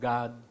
God